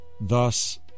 Thus